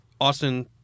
Austin